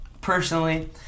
Personally